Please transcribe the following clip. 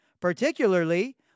particularly